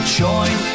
join